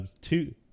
Two